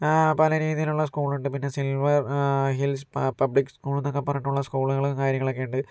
പലരീതിയിലുള്ള സ്കൂളുകളുണ്ട് പിന്നെ സിൽവർ ഹിൽസ് പ പബ്ലിക് സ്കൂൾ എന്നൊക്കെ പറഞ്ഞിട്ടുള്ള സ്കൂളുകളും കാര്യങ്ങളൊക്കെ ഉണ്ട്